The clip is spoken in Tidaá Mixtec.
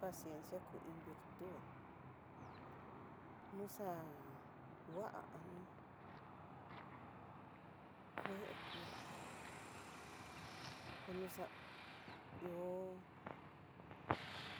Pasiencia ku iin virtud, nuxa ngua'a ninu, kue kua noni konoxa ihó,